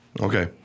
Okay